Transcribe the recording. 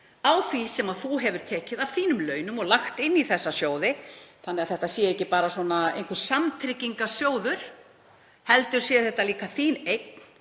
á því sem þú hefur tekið af þínum launum og lagt inn í þessa sjóði. Þetta sé ekki bara einhver samtryggingarsjóður heldur sé þetta líka þín eign